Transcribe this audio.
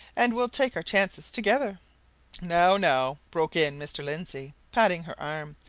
and we'll take our chances together now, now! broke in mr. lindsey, patting her arm.